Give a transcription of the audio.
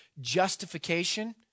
justification